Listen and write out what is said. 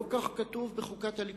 לא כך כתוב בחוקת הליכוד,